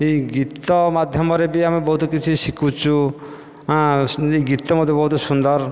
ଏହି ଗୀତ ମାଧ୍ୟମରେ ବି ଆମେ ବହୁତ କିଛି ଶିଖୁଛୁ ହଁ ଏହି ଗୀତ ମଧ୍ୟ ବହୁତ ସୁନ୍ଦର